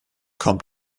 kommt